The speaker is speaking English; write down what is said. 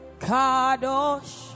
Kadosh